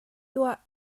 tuah